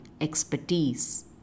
expertise